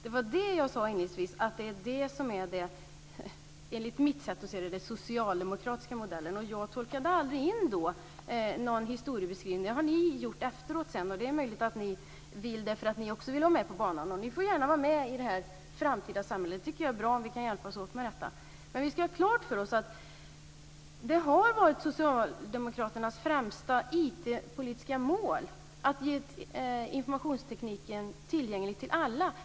Enligt mitt sätt att se det är detta den socialdemokratiska modellen. Jag tolkade aldrig in någon historieskrivning, utan det har ni gjort efteråt. Det är möjligt att ni gör det bara därför att ni också vill vara med på banan. Ni får gärna vara med i det framtida samhället. Jag tycker att det är bra om vi kan hjälpas åt. Men vi ska ha klart för oss att det har varit socialdemokraternas främsta IT-politiska mål att göra informationstekniken tillgänglig för alla.